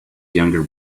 younger